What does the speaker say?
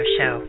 Show